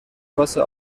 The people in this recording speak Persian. واسه